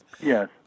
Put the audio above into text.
Yes